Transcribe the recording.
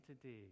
today